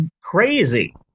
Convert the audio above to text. crazy